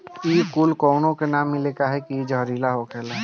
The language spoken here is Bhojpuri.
इ कूल काउनो के ना मिले कहे की इ जहरीला होखेला